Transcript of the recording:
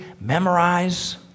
memorize